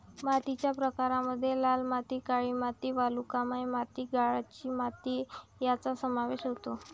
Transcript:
मातीच्या प्रकारांमध्ये लाल माती, काळी माती, वालुकामय माती, गाळाची माती यांचा समावेश होतो